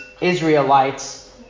Israelites